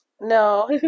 No